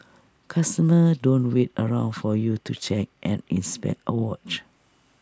customers don't wait around for you to check and inspect A watch